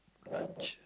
!ouch!